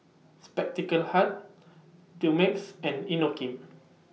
Spectacle Hut Dumex and Inokim